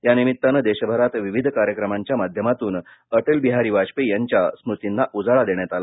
या निमित्तानं देशभरात विविध कार्यक्रमांच्या माध्यमातून अटल बिहारी वाजपेयी यांच्या स्मृतींना उजाळा देण्यात आला